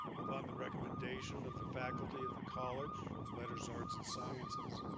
upon the recommendation of the faculty of the college of letters, arts, and sciences,